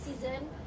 season